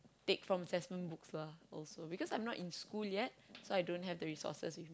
take from lesson books because I'm not in school yet so I don't have the resources with me